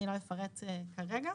אני לא אפרט כרגע.